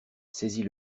saisit